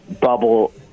bubble